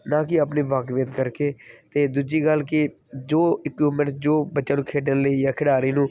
ਨਾ ਕੀ ਆਪਣੇ ਵਾਕਵੀਅਤ ਕਰਕੇ ਅਤੇ ਦੂਜੀ ਗੱਲ ਕਿ ਜੋ ਇਕੁਵਮੈਂਟ ਜੋ ਬੱਚਿਆਂ ਨੂੰ ਖੇਡਣ ਲਈ ਜਾਂ ਖਿਡਾਰੀ ਨੂੰ